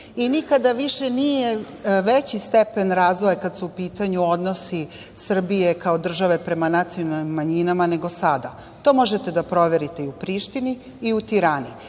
Nikada više nije veći stepen razvoja kada su u pitanju odnosi Srbije, kao države, prema nacionalnim manjinama nego sada. To možete da proverite i u Prištini i u Tirani